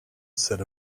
said